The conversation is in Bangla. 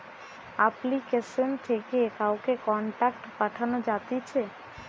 আপ্লিকেশন থেকে কাউকে কন্টাক্ট পাঠানো যাতিছে